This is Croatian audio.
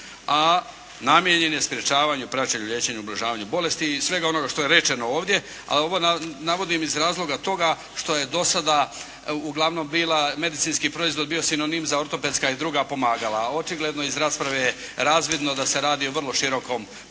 A namijenjen je sprječavanju, praćenju, liječenju, ublažavanju bolesti i svega onoga što je rečeno ovdje. A ovo navodim iz razloga toga što je dosada uglavnom bila medicinski proizvod bio sinonim za ortopedska i druga pomagala. A očigledno je iz rasprave razvidno da se radi o vrlo širokom podruju